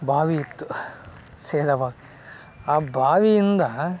ಬಾವಿ ಇತ್ತು ಸೇದೋ ಬಾವಿ ಆ ಬಾವಿಯಿಂದ